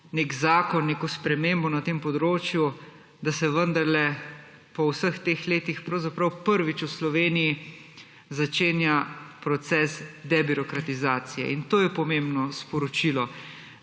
nek zakon, neko spremembo na tem področju, da se vendarle po vseh teh letih pravzaprav prvič v Sloveniji začenja proces debirokratizacije. In to je pomembno sporočilo,